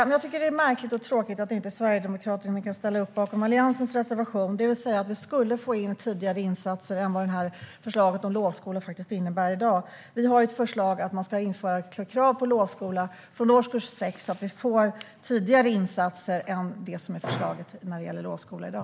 Det är märkligt och tråkigt att Sverigedemokraterna inte kan ställa sig bakom Alliansens reservation. Med vårt förslag skulle vi få in tidigare lovskola än vad regeringens förslag innebär. Vi vill att man ska införa krav på lovskola från årskurs 6 så att vi får tidigare insatser än med regeringens förslag.